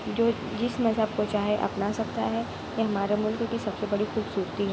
جو جس مذہب کو چاہے اپنا سکتا ہے یہ ہمارے ملک کی سب سے بڑی خوبصورتی ہے